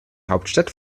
hauptstadt